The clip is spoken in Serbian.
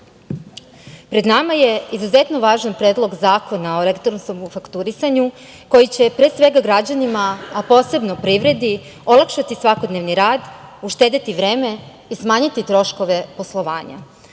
pred nama je izuzetno važan Predlog zakona o elektronskom fakturisanju koji će pre svega građanima, a posebno privredi olakšati svakodnevni rad, uštedeti vreme i smanjiti troškove poslovanja. Ovim